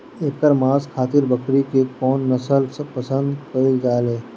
एकर मांस खातिर बकरी के कौन नस्ल पसंद कईल जाले?